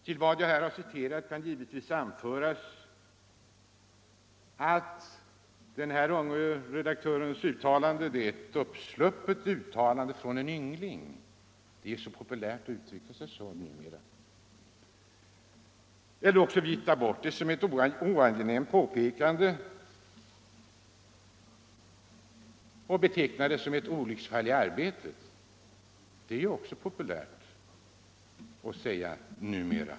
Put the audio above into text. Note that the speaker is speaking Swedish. Mot vad jag här återgivit kan naturligtvis anföras att vad denne unge redaktör sagt är ett ”uppsluppet uttalande av en yngling” det är ju så populärt att uttrycka sig på det sättet numera. Eller också kan det sagda viftas bort som ett oangenämt påpekande eller betecknas som ett ”olycksfall i arbetet”. Det är ju också populärt att säga så numera.